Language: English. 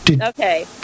Okay